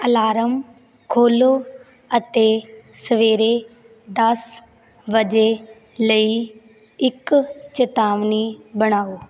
alarm ਖੋਲ੍ਹੋ ਅਤੇ ਸਵੇਰੇ ਦਸ ਵਜੇ ਲਈ ਇੱਕ ਚੇਤਾਵਨੀ ਬਣਾਓ